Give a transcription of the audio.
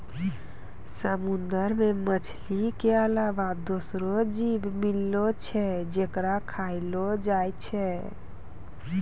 समुंदर मे मछली के अलावा दोसरो जीव मिलै छै जेकरा खयलो जाय छै